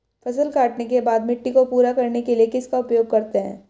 फसल काटने के बाद मिट्टी को पूरा करने के लिए किसका उपयोग करते हैं?